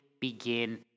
begin